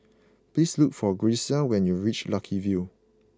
please look for Grecia when you reach Lucky View